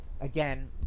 again